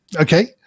Okay